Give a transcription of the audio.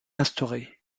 instauré